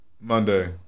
Monday